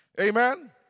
Amen